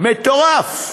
מטורף,